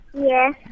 Yes